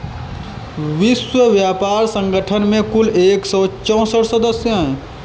विश्व व्यापार संगठन में कुल एक सौ चौसठ सदस्य हैं